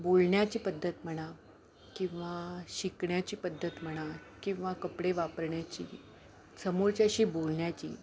बोलण्याची पद्धत म्हणा किंवा शिकण्याची पद्धत म्हणा किंवा कपडे वापरण्याची समोरच्याशी बोलण्याची